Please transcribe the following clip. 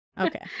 Okay